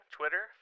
Twitter